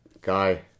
guy